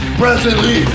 presently